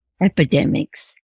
epidemics